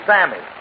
Sammy